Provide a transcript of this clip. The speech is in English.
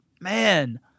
man—